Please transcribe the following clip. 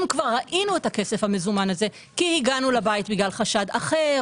אם ראינו את הכסף הזה כי הגענו לבית בגלל חשד אחר